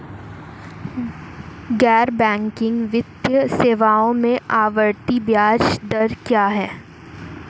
गैर बैंकिंग वित्तीय सेवाओं में आवर्ती ब्याज दर क्या है?